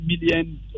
million